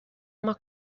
más